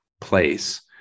place